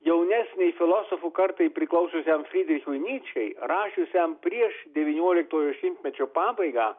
jaunesnei filosofų kartai priklausiusiam frydrichui nyčei rašiusiam prieš devynioliktojo šimtmečio pabaigą